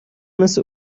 مثل